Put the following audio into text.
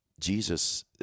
Jesus